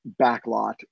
backlot